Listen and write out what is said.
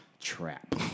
trap